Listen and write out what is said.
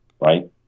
right